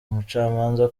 umucamanza